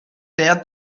there